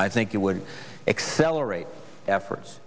i think it would accelerate efforts